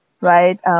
Right